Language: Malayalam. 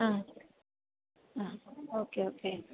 ah ah okay okay